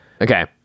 Okay